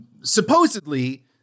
supposedly